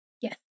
yes